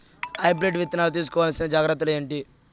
Hybrid విత్తనాలు తీసుకోవాల్సిన జాగ్రత్తలు ఏంటి?